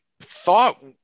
thought